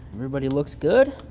everybody looks good.